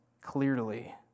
clearly